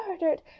murdered